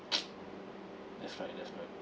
that's right that's right